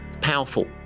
powerful